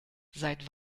seit